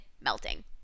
melting